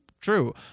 true